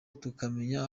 tukamenya